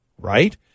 right